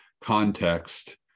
context